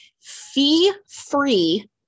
Fee-free